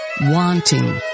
wanting